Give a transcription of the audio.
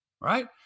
Right